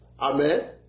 Amen